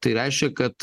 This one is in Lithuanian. tai reiškia kad